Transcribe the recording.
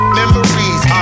Memories